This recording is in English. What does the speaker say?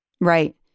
Right